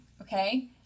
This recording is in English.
okay